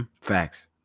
Facts